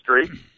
history